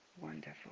Wonderful